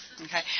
okay